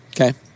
Okay